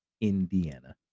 Indiana